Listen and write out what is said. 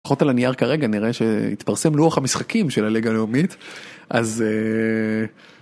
לפחות על הנייר כרגע נראה שהתפרסם לוח המשחקים של הליגה הלאומית אז.